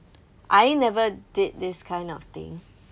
I never did this kind of thing